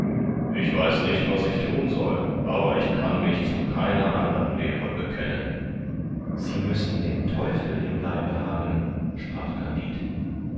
ich weiß nicht was ich thun soll aber ich kann mich zu keiner andern lehre bekennen sie müssen den teufel im leibe haben sprach kandid